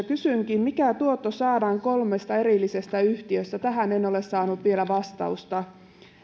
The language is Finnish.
kysynkin mikä tuotto saadaan kolmesta erillisestä yhtiöstä tähän en ole saanut vielä vastausta